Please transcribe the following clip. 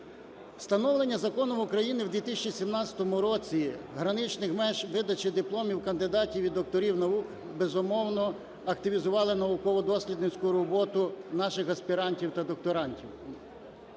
Встановлення Законом України в 2017 році граничних меж видачі дипломів кандидатів і докторів наук, безумовно, активізувало науково-дослідницьку роботу наших аспірантів та докторантів.